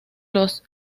los